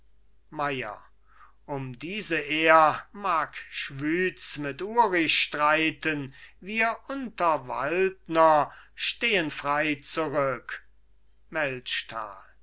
um diese ehr mag schwyz mit uri streiten wir unterwaldner stehen frei zurück